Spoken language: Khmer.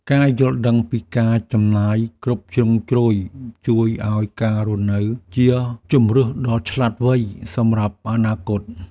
ការយល់ដឹងពីការចំណាយគ្រប់ជ្រុងជ្រោយជួយឱ្យការរស់នៅជាជម្រើសដ៏ឆ្លាតវៃសម្រាប់អនាគត។